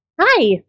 Hi